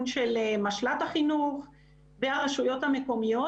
של משל"ט החינוך והרשויות המקומיות.